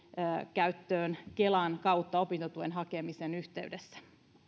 käyttöön kelan kautta opintotuen hakemisen yhteydessä